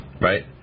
right